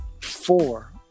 four